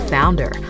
Founder